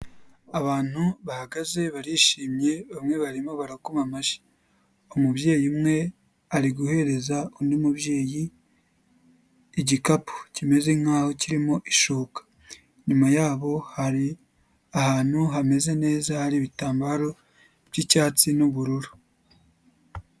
Abantu bahagaze barishimye bamwe barimo barakoma amashyi, umubyeyi umwe ari guhereza undi mubyeyi igikapu kimeze nkaho kirimo ishuka, inyuma yabo hari ahantu hameze neza hari ibitambaro by'icyatsi n'ubururu.